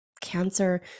cancer